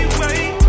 wait